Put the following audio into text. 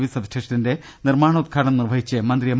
V സബ്സ്റ്റേഷന്റെ നിർമ്മാണോദ്ഘാടനം നിർവഹിച്ച് മന്ത്രി എം